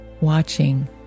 watching